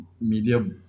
media